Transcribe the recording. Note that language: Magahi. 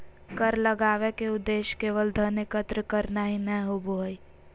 कर लगावय के उद्देश्य केवल धन एकत्र करना ही नय होबो हइ